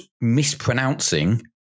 mispronouncing